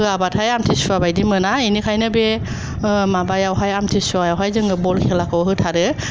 होआबाथाय आमथिसुवा बायदिखौनो मोना बेनिखाइनो बे माबायावहाय आमथिसुवायाव बल खेलाखौ होथारो